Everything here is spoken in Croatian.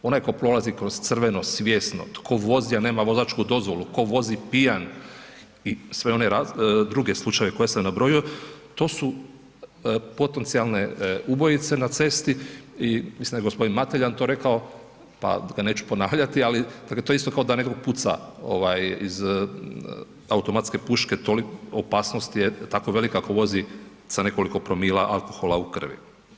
Onaj tko prolazi kroz crveno svjesno, tko vozi, a nema vozačku dozvolu, tko vozi pijan i sve one druge slučajeve koje sam nabrojio, to su potencijalne ubojice na cesti i mislim da je g. Mateljan to rekao, pa ga neću ponavljati, ali dakle, to je isto kao da netko puca iz automatske puške, toliko opasnosti je, tako velika ako vozi sa nekoliko promila alkohola u krvi.